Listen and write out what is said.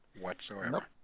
whatsoever